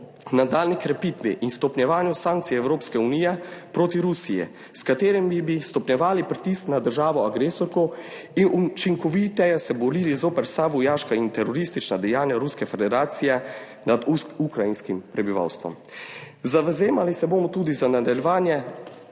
nadaljnji krepitvi in stopnjevanju sankcij Evropske unije proti Rusiji, s katerimi bi stopnjevali pritisk na državo agresorko in učinkoviteje se borili zoper vsa vojaška in teroristična dejanja Ruske federacije nad ukrajinskim prebivalstvom. Zavzemali se bomo tudi za nadaljevanje